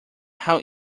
how